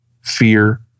fear